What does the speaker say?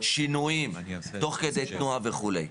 נעשים שינויים תוך כדי תנועה וכולי.